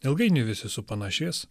ilgainiui visi supanašės